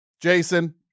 Jason